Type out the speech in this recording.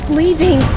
leaving